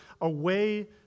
away